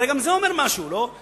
הרי גם זה אומר משהו, לא?